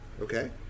Okay